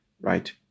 right